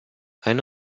eine